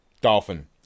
Dolphin